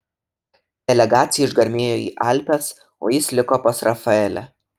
delegacija išgarmėjo į alpes o jis liko pas rafaelę